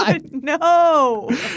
No